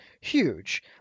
huge